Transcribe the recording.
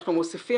אנחנו מוסיפים,